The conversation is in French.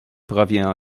provient